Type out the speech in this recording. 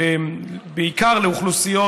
בעיקר לאוכלוסיות